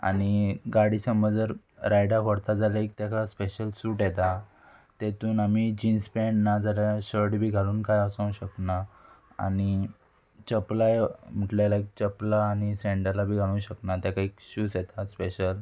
आनी गाडी समज जर रायडाक व्हरता जाल्यार एक तेका स्पेशल सूट येता तेतून आमी जिन्स पॅण्ट ना जाल्यार शर्ट बी घालून कांय वसोंक शकना आनी चपलाय म्हटल्यार लायक चपला आनी सेंडला बी घालूंक शकना तेका एक शूज येता स्पेशल